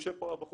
יושב פה הבחור,